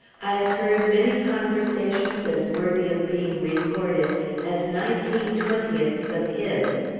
i have heard many conversations as worthy of being recorded as nineteen-twentieths of his.